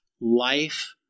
Life